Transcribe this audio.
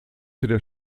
der